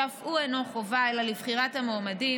שאף הוא אינו חובה אלא לבחירת המועמדים.